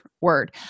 word